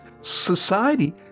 Society